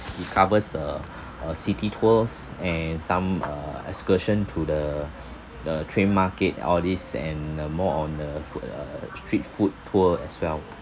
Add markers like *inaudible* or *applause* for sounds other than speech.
it covers the *breath* uh city tours and some uh excursion to the the train market all this and uh more on a food uh street food tour as well